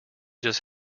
just